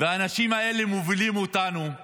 והאנשים האלה שנכשלו